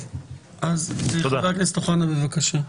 חבר הכנסת אוחנה, בבקשה.